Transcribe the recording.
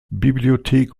bibliothek